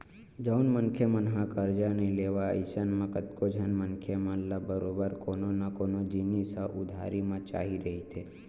जउन मनखे मन ह करजा नइ लेवय अइसन म कतको झन मनखे मन ल बरोबर कोनो न कोनो जिनिस ह उधारी म चाही रहिथे